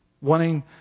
wanting